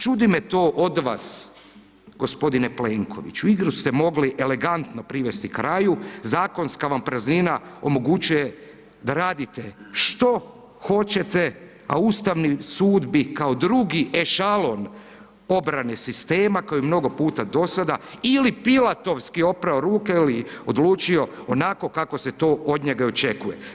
Čudi me to od vas g. Plenkoviću, igru ste mogli elegantno privesti kraju, zakonska vam praznina omogućuje da radite što hoćete, a Ustavni sud bi kao drugi ešalon obrane sistema kao i mnogo puta do sada ili pilatovski oprao ruke ili odlučio onako kako se to od njega i očekuje.